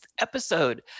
episode